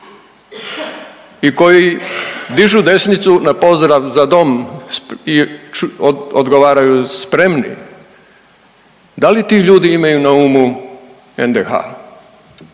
i koji dižu desnicu na pozdrav „Za dom“ i odgovaraju „Spremni“ da li ti ljudi imaju na umu NDH?